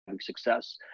success